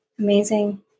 Amazing